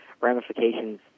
ramifications